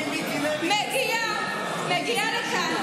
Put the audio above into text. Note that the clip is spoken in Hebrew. מגיעה לכאן,